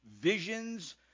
visions